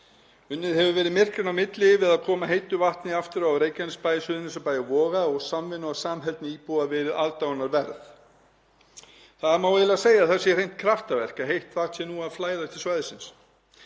Unnið hefur verið myrkranna á milli við að koma heitu vatni aftur á Reykjanesbæ, Suðurnesjabæ og Voga og samvinna og samheldni íbúa verið aðdáunarverð. Það má eiginlega segja að það sé hreint kraftaverk að heitt vatn sé nú að flæða til svæðisins.